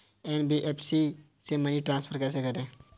NBFC से money transfer कैसे करें?